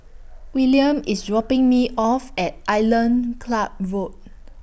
William IS dropping Me off At Island Club Road